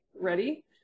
ready